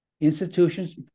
Institutions